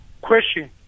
question